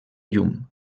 llum